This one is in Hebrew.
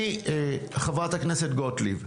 חה"כ גוטליב,